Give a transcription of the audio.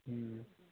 ٲں